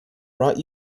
brought